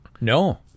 No